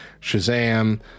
Shazam